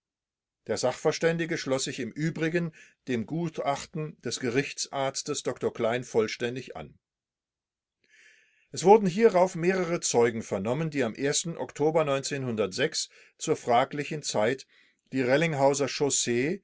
der sachverständige schloß sich im übrigen dem gutachten des gerichtsarztes dr klein vollständig an es wurden hierauf mehrere zeugen vernommen die am oktober zur fraglichen zeit die rellinghauser chaussee